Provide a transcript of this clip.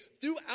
throughout